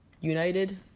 United